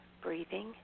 breathing